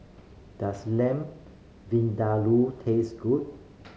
does Lamb Vindaloo taste good